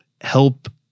help